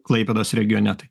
klaipėdos regione tai